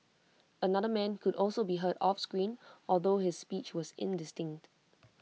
another man could also be heard off screen although his speech was indistinct